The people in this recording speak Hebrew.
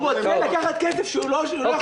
הוא רוצה לקחת כסף שהוא לא שלו.